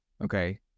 okay